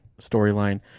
storyline